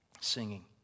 singing